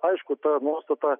aišku ta nuostata